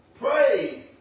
Praise